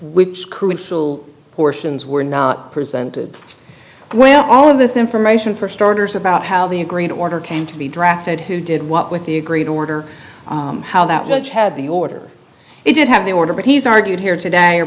which we will portions were not presented where all of this information for starters about how the agreed order came to be drafted who did what with the agreed order how that was had the order it did have the order but he's argued here today